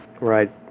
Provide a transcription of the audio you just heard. right